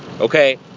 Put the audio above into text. okay